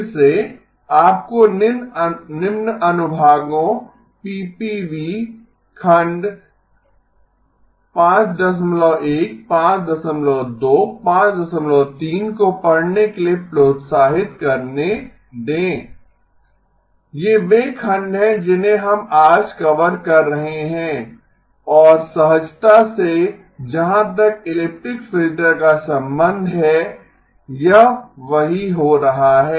फिर से आपको निम्न अनुभागों पीपीवी खंड 51 52 53 को पढ़ने के लिए प्रोत्साहित करने दें ये वे खंड हैं जिन्हें हम आज कवर कर रहे हैं और सहजता से जहां तक इलिप्टिक फिल्टर का संबंध है यह वही हो रहा है